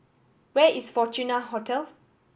where is Fortuna Hotel